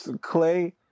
Clay